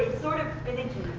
sort of finicky,